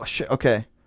okay